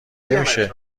نمیشه